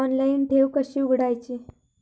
Online ठेव कशी उघडायची?